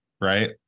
right